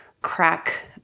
crack